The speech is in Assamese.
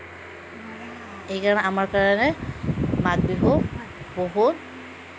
এই কাৰণে আমাৰ কাৰণে মাঘবিহু বহুত